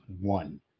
one